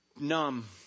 Numb